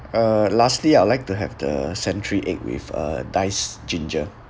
uh lastly I would like to have the century egg with uh dice ginger